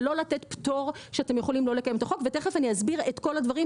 ולא לתת פטור שאתם יכולים לא לקיים את החוק ותכף אני אסביר את הדברים,